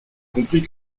compris